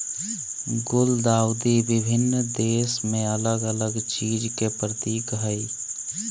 गुलदाउदी विभिन्न देश में अलग अलग चीज के प्रतीक हइ